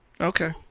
Okay